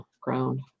ground